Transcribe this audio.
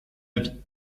avis